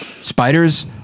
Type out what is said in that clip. Spiders